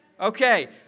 Okay